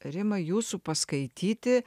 rimai jūsų paskaityti